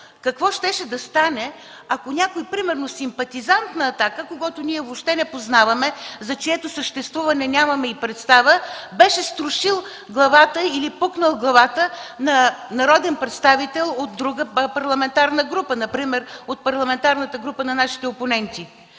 какво щеше да стане, ако примерно някой симпатизант на „Атака”, когото ние въобще не познаваме, за чието съществуване нямаме и представа, беше строшил или пукнал главата на народен представител от друга парламентарна група, например от парламентарната група на нашите опоненти.